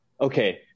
okay